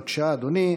בבקשה, אדוני.